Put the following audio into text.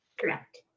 Correct